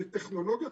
זה טכנולוגיה,